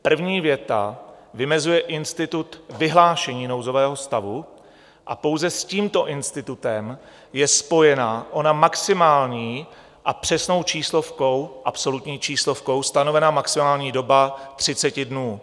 První věta vymezuje institut vyhlášení nouzového stavu a pouze s tímto institutem je spojena ona maximální a přesnou číslovkou, absolutní číslovkou, stanovena doba 30 dnů.